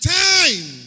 time